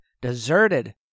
deserted